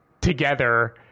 together